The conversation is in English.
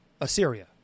Assyria